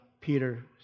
Peter